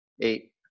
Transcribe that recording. eight